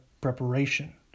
preparation